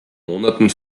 monaten